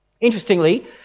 Interestingly